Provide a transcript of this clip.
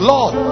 Lord